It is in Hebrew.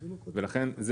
ולכן,